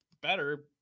better